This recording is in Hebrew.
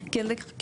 אז דבר ראשון,